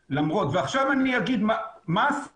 ועכשיו אני אגיד מה הסיכון.